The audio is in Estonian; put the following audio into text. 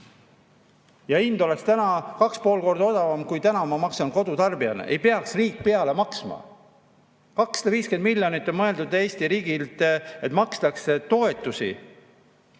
Ja hind oleks täna 2,5 korda odavam, kui ma maksan kodutarbijana. Ei peaks riik peale maksma. 250 miljonit on mõeldud Eesti riigil selleks, et makstakse toetusi.